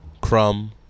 Crumb